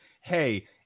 hey